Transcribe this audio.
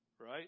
right